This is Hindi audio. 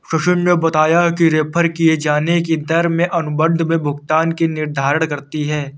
सचिन ने बताया कि रेफेर किये जाने की दर में अनुबंध में भुगतान का निर्धारण करती है